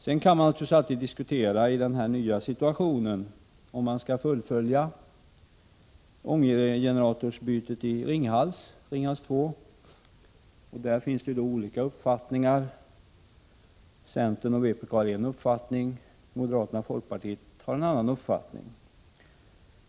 Sedan kan man naturligtvis i den här nya situationen diskutera om ånggeneratorbytet i Ringhals 2 skall fullföljas. Det finns olika uppfattningar om det. Centern och vpk har en, och moderaterna och folkpartiet har en annan.